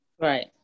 Right